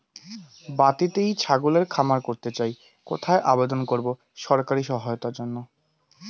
বাতিতেই ছাগলের খামার করতে চাই কোথায় আবেদন করব সরকারি সহায়তার জন্য?